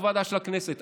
לא ועדה של הכנסת.